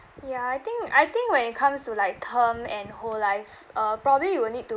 ya I think I think when it comes to like term and whole life uh probably you will need to